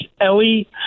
Ellie